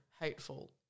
Hateful